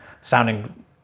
sounding